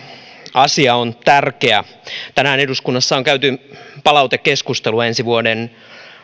asia on tärkeä tänään eduskunnassa on käyty palautekeskustelua ensi vuoden